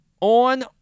on